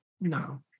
No